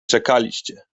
czekaliście